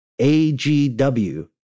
AGW